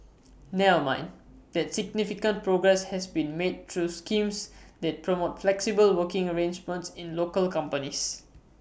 nil mind that significant progress has been made through schemes that promote flexible working arrangements in local companies